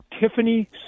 Tiffany